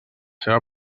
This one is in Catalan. seva